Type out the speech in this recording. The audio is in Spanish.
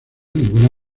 ninguna